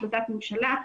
החלטת ממשלה,